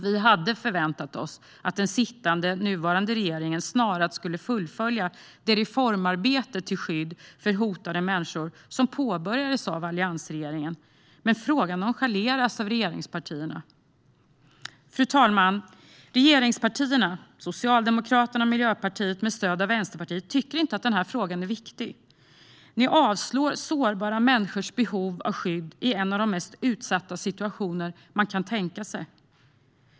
Vi hade förväntat oss att den sittande, nuvarande, regeringen snarast skulle fullfölja det reformarbete till skydd för hotade människor som påbörjades av alliansregeringen. Men frågan nonchaleras av regeringspartierna. Fru talman! Regeringspartierna Socialdemokraterna och Miljöpartiet med stöd av Vänsterpartiet tycker inte att denna fråga är viktig. Ni avslår sårbara människors behov av skydd i en av de mest utsatta situationer man kan tänka sig.